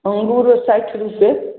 अङ्गूरो साठि रुपैए